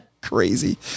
Crazy